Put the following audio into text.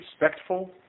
respectful